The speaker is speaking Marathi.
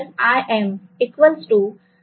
5Im इतका असेल